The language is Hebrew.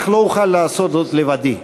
אך לא אוכל לעשות זאת לבדי.